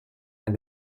and